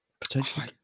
Potentially